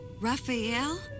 Raphael